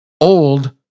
old